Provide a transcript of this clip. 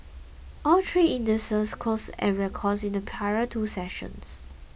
all three indices closed at records in the prior two sessions